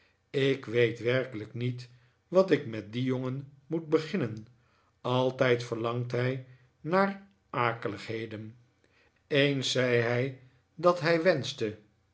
ik weet werkelijk niet wat ik met dien jongen moet beginnen altijd verlangt hij naar akeligheden eens zei hij dat hij wenschte